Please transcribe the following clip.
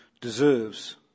deserves